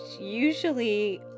usually